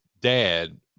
dad